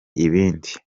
ibindi